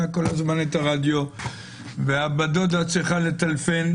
כל הזמן את הרדיו והבת דודה צריכה לטלפן,